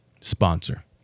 sponsor